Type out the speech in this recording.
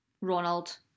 Ronald